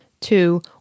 Two